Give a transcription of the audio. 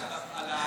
לבית שמש הרב עלה.